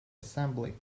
assembly